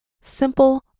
simple